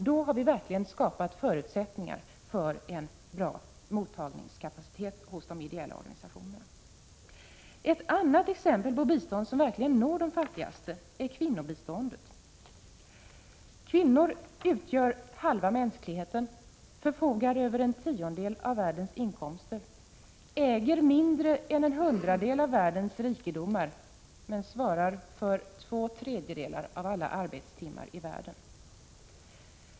Därmed skapas verkligen förutsättningar för en bra mottagarkapacitet hos de ideella organisationerna. Ett annat exempel på bistånd som når de fattigaste är kvinnobiståndet. Kvinnor utgör halva mänskligheten, förfogar över en tiondel av världens inkomster, äger mindre än en hundradel av världens rikedomar men svarar för två tredjedelar av alla arbetstimmar i världen.